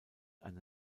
eine